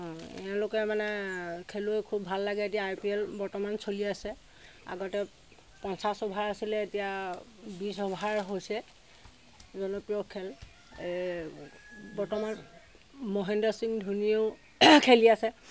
এওঁলোকে মানে খেলুৱৈ খুব ভাল লাগে এতিয়া আই পি এল চলি আছে আগতে পঞ্চাছ অভাৰ আছিলে এতিয়া বিছ অভাৰ হৈছে জনপ্ৰিয় খেল বৰ্তমান মহেন্দ্ৰ সিং ধনীয়েও খেলি আছে